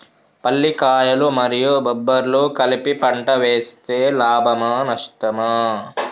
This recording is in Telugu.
పల్లికాయలు మరియు బబ్బర్లు కలిపి పంట వేస్తే లాభమా? నష్టమా?